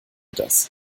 das